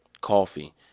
coffee